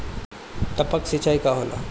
टपक सिंचाई का होला?